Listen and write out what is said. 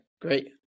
Great